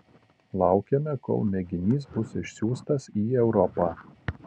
laukiame kol mėginys bus išsiųstas į europą